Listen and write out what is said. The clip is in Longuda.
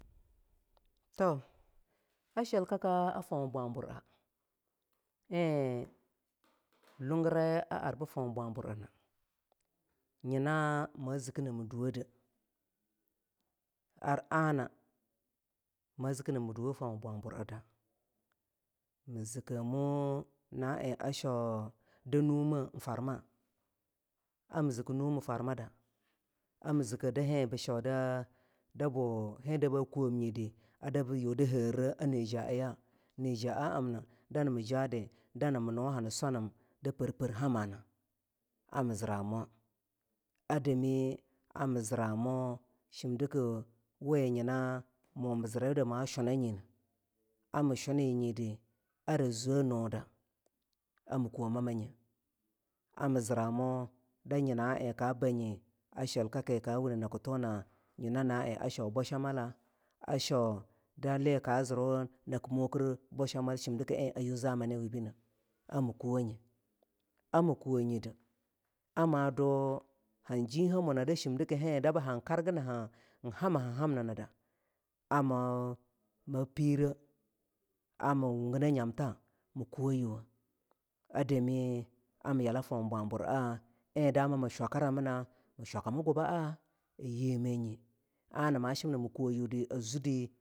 to a shilkaka foh bwabura ein lungurayah ar bii foh bwabur eno nyina ma ziki namu duwo deh ar ana ma ziki namue duwoh for bwabur da mii zikemue na eng a shau da numeh farmah a mii ziki numfarmada amii zikie da hean bii shauda da buh heam da ba kuwob nyidi a da buh yue da herea ni ja ean yah nii ja a amna damanoma jadi da nama nuwa hani swanim da perper hamana amii ziramuwa adami a mii ziramu shimdika we nyina mu mii zir iwudi ma shunnanyinah a mii shunninyudi ara zuddie ara zwe nuda amii kuwu mamma nye amii ziramu da nyina eini ka banyineh a shilkaka na en ka wundi naki thunah nyina na en bwashwamala a shwauda lii kaa zirwu naki mokir bwadhwamal shimdiki ein a yuh zamaniwe bineh a mii kuwunye a mii kuwonyide ama due han jihea muna shimdiki hean baa ha dan karginahinida en hamaha hamninida a mab pireh a mii wungineh nya mina mii kuwo yuwoh a dami a mii yala foh bwabur a ein dama mii shwakiraminah mii shwaka mii guba a a yemeh nye ana ma shimna mii kuwo yudi a zuddi bii jah